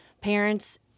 parents